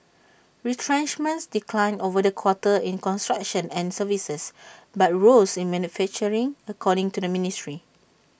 retrenchments declined over the quarter in construction and services but rose in manufacturing according to the ministry